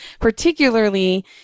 particularly